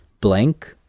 blank